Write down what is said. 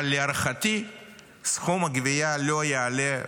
אבל להערכתי סכום הגבייה לא יעלה,